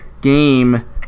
game